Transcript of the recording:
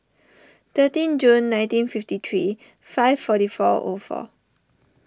thirteen June nineteen fifty three five forty four O four